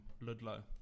Ludlow